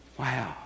Wow